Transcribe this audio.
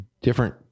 different